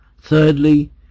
Thirdly